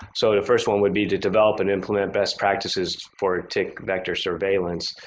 so the first one would be to develop and implement best practices for tick vector surveillance.